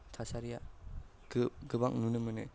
थासारिया गोबां नुनो मोनो